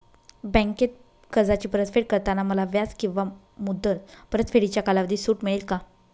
बँकेत कर्जाची परतफेड करताना मला व्याज किंवा मुद्दल परतफेडीच्या कालावधीत सूट मिळेल का?